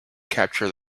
capture